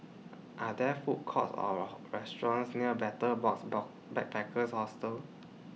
Are There Food Courts Or restaurants near Betel Box Backpackers Hostel